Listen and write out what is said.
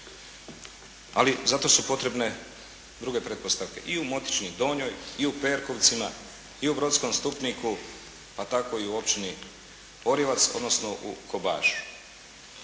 ali za to su potrebne druge pretpostavke i u Motičini Donjoj, i u Perkovcima i u Brodskom Stupniku, pa tako i u općini Orijovac odnosno u Kobašu.